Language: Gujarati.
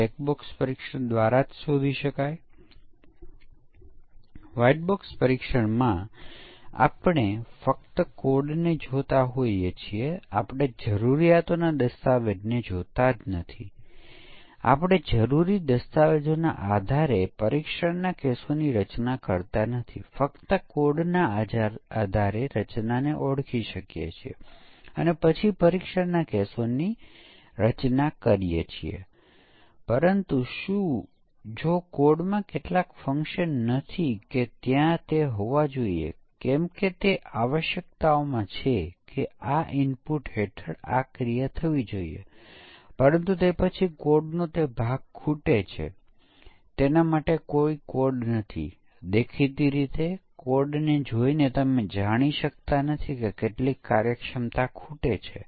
બ્લેક બોક્સ અભિગમમાં જેમ તેનું નામ કહે છે તેમ આપણી પાસે યુનિટનો કોડ નથી આપણે ફક્ત યુનિટના ઇનપુટ આઉટપુટ પર ધ્યાન આપીએ છીએ તે છે સ્પષ્ટીકરણ વિગતવાર સ્પષ્ટીકરણ જ્યાં આપણી પાસે આ યુનિટની માહિતી હશે ત્યાં દર્શાવ્યું છે કે કોઈ ડેટા આપવામાં આવે છે તેનું પરિણામ શું આવે છે